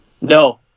No